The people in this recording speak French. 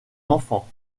enfants